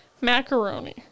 Macaroni